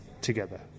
together